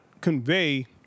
convey